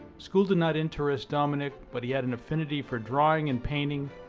school did not interest dominique but he had an affinity for drawing and painting.